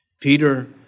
Peter